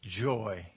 joy